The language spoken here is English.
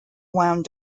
wound